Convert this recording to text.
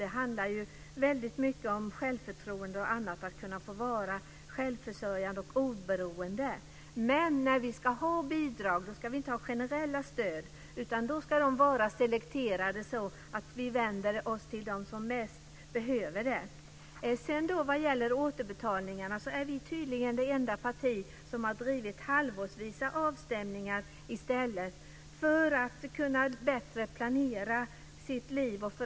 Det är mycket en fråga om självförtroende och annat och att kunna få vara självförsörjande och oberoende. När vi ska ha bidrag ska vi inte ha generella stöd. De ska vara selekterade så att vi vänder oss till dem som mest behöver dem. Vad gäller återbetalningarna är Kristdemokraterna tydligen det enda parti som har drivit frågan om att i stället ha halvårsvisa avstämningar för att människor ska kunna planera sitt liv bättre.